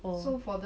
oh